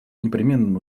непременным